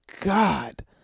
God